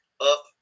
up